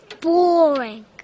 boring